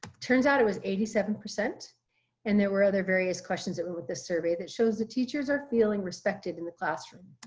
turns out it was eighty seven percent and there were other various questions that went with this survey that shows the teachers are feeling respected in the classroom.